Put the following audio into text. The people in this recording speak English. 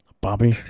Bobby